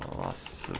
last